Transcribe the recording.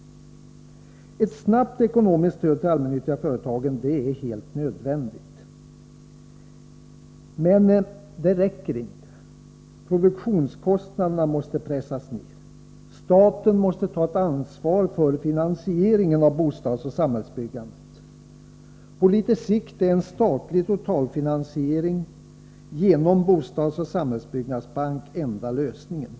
Ett snabbt ekonomiskt stöd till de allmännyttiga företagen är helt nödvändigt. Men det räcker inte. Produktionskostnaderna måste pressas ner. Staten måste ta ett ansvar för finansieringen av bostadsoch samhällsbyggandet. På litet sikt är en statlig totalfinansiering genom en bostadsoch samhällsbyggnadsbank enda lösningen.